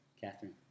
Catherine